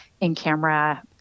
in-camera